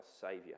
Saviour